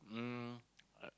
um uh